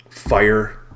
fire